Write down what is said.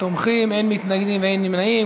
תומכים, אין מתנגדים ואין נמנעים.